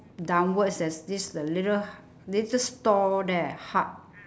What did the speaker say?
downwards there's this a little little store there hut